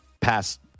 past